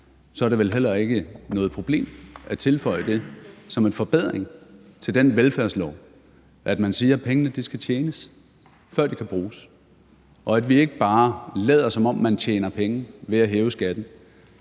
Så er det vel heller ikke noget problem at tilføje det som en forbedring til den velfærdslov, at man siger, at pengene skal tjenes, før de kan bruges, og at vi ikke bare lader, som om man tjener penge ved at hæve skatten.